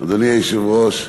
אדוני היושב-ראש,